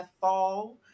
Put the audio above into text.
Fall